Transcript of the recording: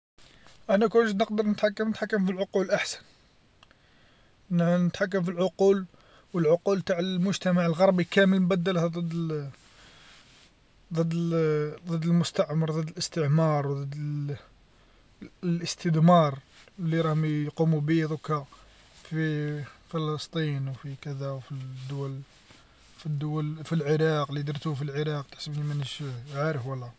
أنا كنت جيت نقدر نتحكم نتحكم بالعقول أحسن نتحكم في العقول والعقول تاع المجتمع الغربي كامل نبدلها ضد ضد ضدالمستعمر ضد الإستعمار وضد الإستذمار لي راهم يقوموا به دوكا في فلسطين وفي كذا وفي الدول في الدول في العراق لي درتوه في العراق تحسبني مانيش عارف ولا.